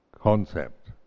concept